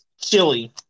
chili